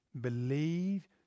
Believe